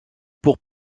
pour